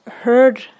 heard